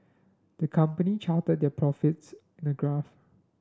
the company charted their profits in a graph